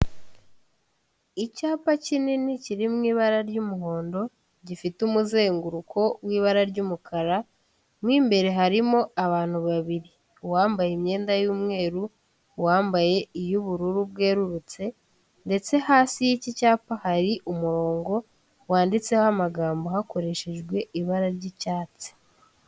Icyapa kinini kiri mu ibara ry'umuhondo gifite umuzenguruko w'ibara ry'umukara mo imbere harimo abantu babiri uwambaye imyenda y'umweru, uwambaye iy'ubururu bwerurutse ndetse hasi y'iki cyapa hari umurongo wanditseho amagambo hakoreshejwe ibara ry'icyatsi.